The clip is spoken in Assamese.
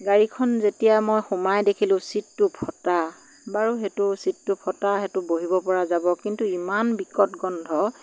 গাড়ীখন যেতিয়া মই সোমাই দেখিলোঁ চিটটো ফটা বাৰু সেইটো চিটটো ফটা সেইটো বহিব পৰা যাব কিন্তু ইমান বিকট গোন্ধ